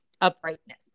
uprightness